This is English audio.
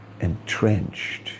entrenched